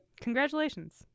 Congratulations